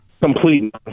complete